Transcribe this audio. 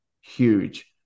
huge